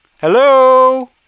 Hello